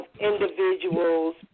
individuals